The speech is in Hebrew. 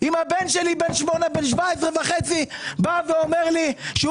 אם הבן שלי בן 17 וחצי אומר לי שהוא